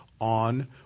on